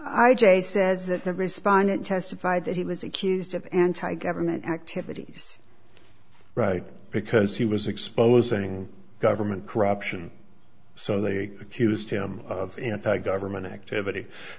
respondent testified that he was accused of anti government activities right because he was exposing government corruption so they accused him of anti government activit